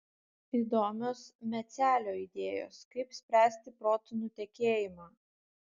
įdomios mecelio idėjos kaip spręsti protų nutekėjimą